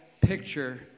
picture